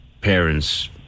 parents